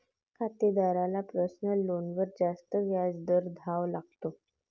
खातेदाराला पर्सनल लोनवर जास्त व्याज दर द्यावा लागतो